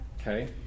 okay